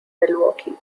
milwaukee